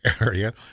area